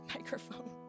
microphone